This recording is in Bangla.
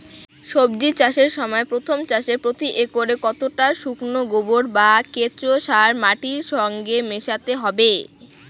সবজি চাষের সময় প্রথম চাষে প্রতি একরে কতটা শুকনো গোবর বা কেঁচো সার মাটির সঙ্গে মেশাতে হবে?